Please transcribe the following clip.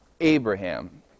Abraham